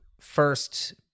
first –